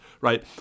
right